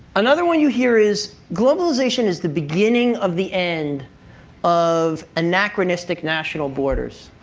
another one you hear is globalization is the beginning of the end of anachronistic national borders.